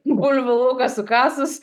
bulvių lauką sukasus